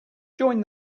join